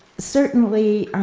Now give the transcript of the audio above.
certainly,